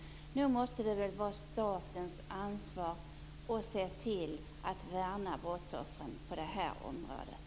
Nog måste det väl vara statens ansvar att se till att värna brottsoffren på det här området.